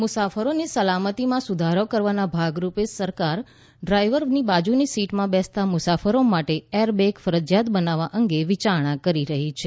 airbag મુસાફરોની સલામતીમાં સુધારો કરવાના ભાગરૂપે સરકાર ડ્રાઇવરની બાજુની સીટમાં બેસતા મુસાફરો માટે એરબેગ ફરજીયાત બનાવવા અંગે વિયાર કરી રહી છે